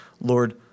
Lord